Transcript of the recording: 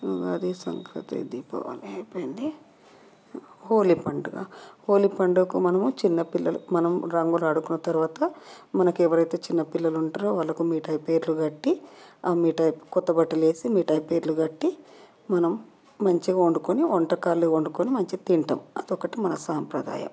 ఉగాది సంక్రాంతి దీపావళి అవన్నీ అయిపోయింది హోలీ పండుగ హోలీ పండుగకు మనము చిన్న పిల్లలకు మనం రంగులు ఆడుకున్న తర్వాత మనకి ఎవరైతే చిన్న పిల్లలు ఉంటారో వాళ్ళకి మిఠాయి పేర్లు కట్టి కొత్త బట్టలు వేసి మిఠాయి పేర్లు కట్టి మనం మంచిగా వండుకొని వంటకాలు వండుకొని మంచిగా తింటాం అది ఒకటి మన సాంప్రదాయం